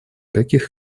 каких